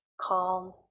calm